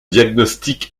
diagnostic